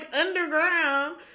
underground